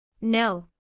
No